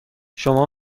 شما